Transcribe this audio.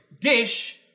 dish